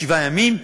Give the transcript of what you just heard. שבעה ימים,